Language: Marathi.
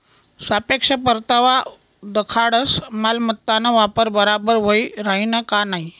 सापेक्ष परतावा दखाडस मालमत्ताना वापर बराबर व्हयी राहिना का नयी